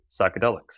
psychedelics